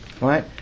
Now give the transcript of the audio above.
right